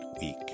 week